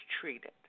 treated